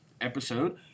episode